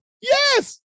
Yes